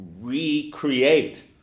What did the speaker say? recreate